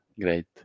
Great